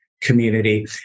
community